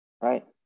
right